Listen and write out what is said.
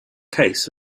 case